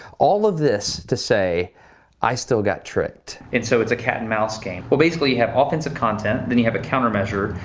all of this to say i still got tricked. and so it's a cat and mouse game. well basically you have offensive content, then you have a countermeasure,